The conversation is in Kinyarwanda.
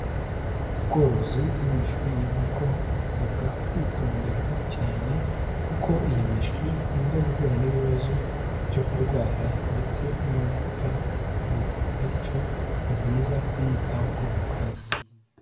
Ubworozi bw'imishwi y'inkoko busabwa kwitonderwa cyane kuko iyi mishwi ikunda guhura n'ibibazo byo kurwara ndetse no gupfa vuba bityo ni byiza kuyitaho uko bikwiye.